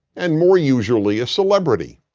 and more usually a celebrity.